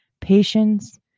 Patience